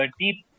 deep